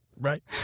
Right